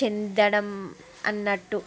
చెందడం అన్నట్టు